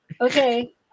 Okay